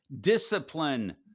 discipline